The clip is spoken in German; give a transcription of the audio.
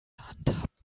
handhabt